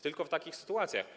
Tylko w takich sytuacjach.